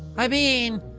i mean,